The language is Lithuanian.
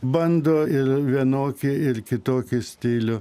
bando ir vienokį ir kitokį stilių